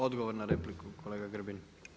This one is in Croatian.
Odgovor na repliku kolega Grbin.